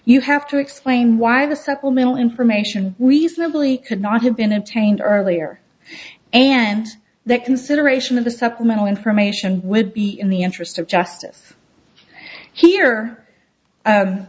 you have to explain why the supplemental information reasonably could not have been obtained earlier and that consideration of the supplemental information would be in the interest of justice here